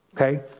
Okay